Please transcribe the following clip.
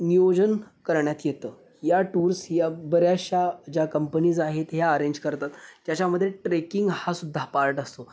नियोजन करण्यात येतं या टूर्स या बऱ्याचशा ज्या कंपनीज आहेत ह्या अरेंज करतात त्याच्यामध्ये ट्रेकिंग हा सुद्धा पार्ट असतो